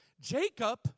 Jacob